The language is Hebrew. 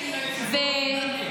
--- לציבור שלנו.